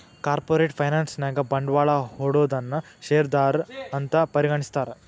corporate finance ನ್ಯಾಗ ಬಂಡ್ವಾಳಾ ಹೂಡೊನನ್ನ ಶೇರ್ದಾರಾ ಅಂತ್ ಪರಿಗಣಿಸ್ತಾರ